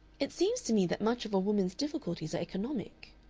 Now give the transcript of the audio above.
it seems to me that much of a woman's difficulties are economic.